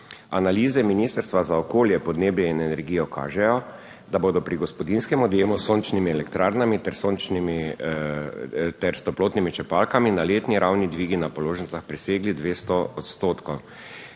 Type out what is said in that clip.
Analize Ministrstva za okolje, podnebje in energijo kažejo, da bodo pri gospodinjskem odjemu s sončnimi elektrarnami ter toplotnimi črpalkami na letni ravni dvigi na položnicah presegli 200 odstotkov.